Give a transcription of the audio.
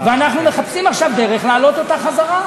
ואנחנו מחפשים עכשיו דרך להעלות אותה חזרה,